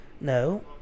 No